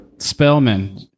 Spellman